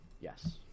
Yes